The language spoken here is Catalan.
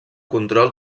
control